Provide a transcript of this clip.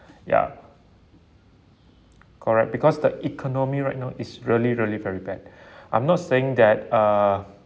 ya correct because the economy right now is really really very bad I'm not saying that uh